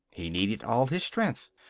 he needed all his strength.